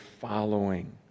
following